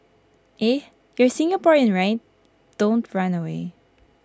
eh you're Singaporean right don't run away